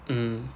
mm